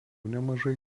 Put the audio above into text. nemažai